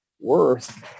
worth